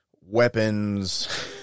weapons